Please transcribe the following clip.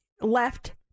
left